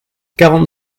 quarante